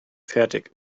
fertig